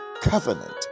covenant